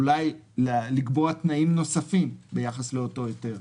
אולי לקבוע תנאים נוספים ביחס לאותו היתר.